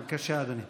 בבקשה, אדוני.